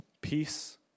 Peace